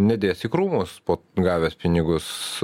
nedės į krūmus po gavęs pinigus